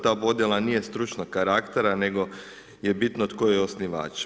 Ta podjela nije stručnog karaktera nego je bitno tko je osnivač.